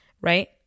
right